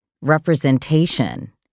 representation